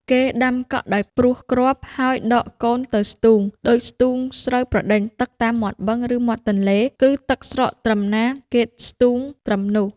គេដាំកក់ដោយព្រោះគ្រាប់ ហើយដកកូនទៅ ស្ទូង ដូចស្ទូងស្រូវប្រដេញទឹកតាមមាត់បឹង ឬមាត់ទន្លេ គឺទឹកស្រកត្រឹមណា គេស្ទូងត្រឹមនោះ ។